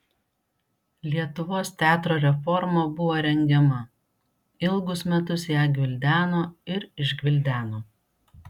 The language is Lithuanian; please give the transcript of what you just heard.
lietuvos teatro reforma buvo rengiama ilgus metus ją gvildeno ir išgvildeno